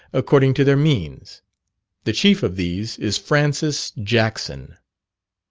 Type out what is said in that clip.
according to their means the chief of these is francis jackson.